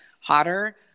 hotter